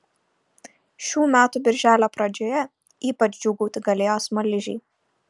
šių metų birželio pradžioje ypač džiūgauti galėjo smaližiai